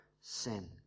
sin